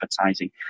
advertising